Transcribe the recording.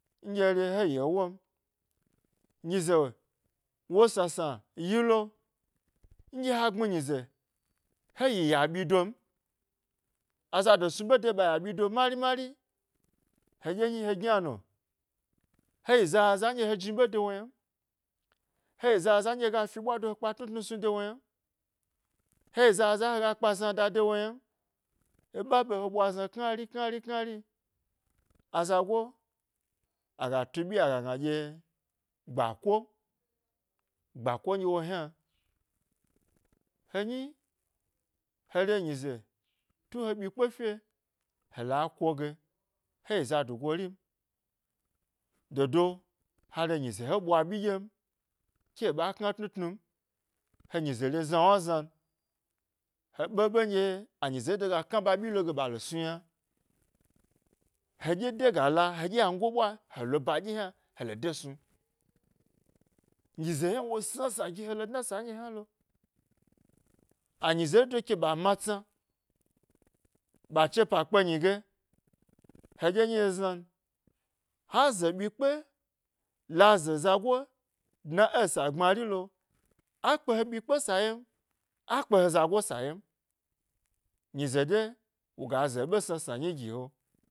Nɗye he re he yi ewom, nyize wo sna sna yilo, nɗye ha gbmi nyize he yi ya byi don, azaɗo snu ɓe de ɓa ya ɓyi do mari mari heɗye nyi he gyna no hayi zaza nɗye ha jni ɓe de wo ynam, heyi zaza nɗye heya fi ɓwa do he kpa tnu tnu snu de wo yna m, hayi zaza nɗye hega kpa zna da de wo ynam, e ɓa ɓe he ɓwa zna knari knari, azago aga tu byi ye agna ɗye gbako, gbako nɗye wo yna, henyi he re nyize tun, he ɓyi kpe fye he la ko ge, heyi zadugo rim, dodo, ha re nyize he ɓwa ɓyi ɗyem ke ɓa kna tnu tnun, he nyize re znawna znan, ɓe ɓe nɗye anyi zeri ga kna ɓa ɓyi loge ɓalo snu yna, heɗye dega la. Heɗye ynango ɓwa helo ba ɗye hna helo de snu, nyize hna wo sna sna gi ke dna sa hnalo, anyizeri do ke ɓa matsna, ɓa chepa kpe nyi ge keɗye nyi he znan, ha ze ɓyi kpe la ze zagoe dna esa gmarilo, akpae he ɓyi kpe sa ye a kpe zago sa ye m nyize ɗye woga ze ɓa sna sna nyi giho.